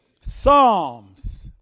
Psalms